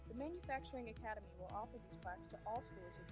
manufacturing academy will offer these plaques to all schools